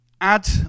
Add